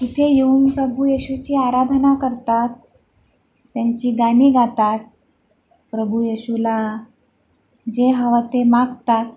तिथे येऊन प्रभू येशूची आराधना करतात त्यांची गाणी गातात प्रभू येशूला जे हवं ते मागतात